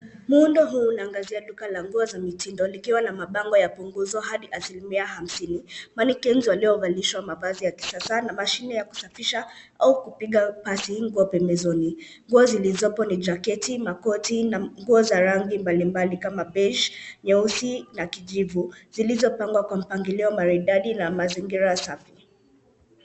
Muundo huu unaangazia duka la nguo za mitindo likiwa na mabango ya punguzo hadi asilimia hamsini. Mannequins waliovalishwa mavazi ya kisasa na mashine ya kusafisha au kupiga pasi nguo pembezoni. Nguo zilizopo ni jaketi, makoti na nguo za rangi mbalimbali kama beige , nyeusi na kijivu, zilizopangwa kwa mpangilio maridadi na mazingira safi.